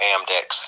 Amdex